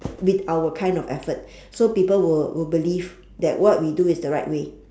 with our kind of effort so people will will believe that what we do is the right way